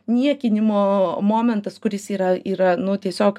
niekinimo momentas kuris yra yra nu tiesiog